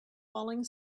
falling